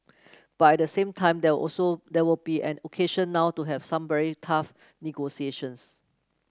but at the same time there also there will be an occasion now to have some very tough negotiations